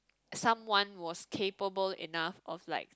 someone was capable enough I was like